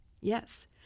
yes